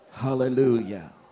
Hallelujah